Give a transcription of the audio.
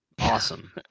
awesome